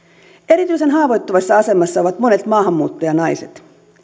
erityisen haavoittuvassa asemassa ovat monet maahanmuuttajanaiset